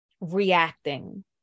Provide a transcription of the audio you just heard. reacting